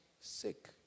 sick